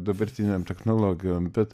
dabartinėm technologijom bet